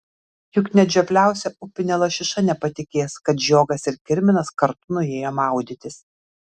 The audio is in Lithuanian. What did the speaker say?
juk net žiopliausia upinė lašiša nepatikės kad žiogas ir kirminas kartu nuėjo maudytis